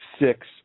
six